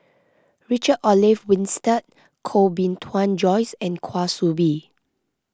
Richard Olaf Winstedt Koh Bee Tuan Joyce and Kwa Soon Bee